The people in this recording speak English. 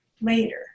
later